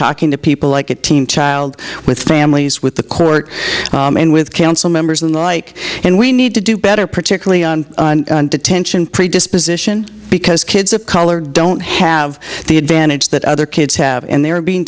talking to people like a team child with families with the court and with council members and the like and we need to do better particularly on detention predisposition because kids of color don't have the advantage that other kids have and they are being